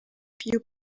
few